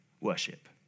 worship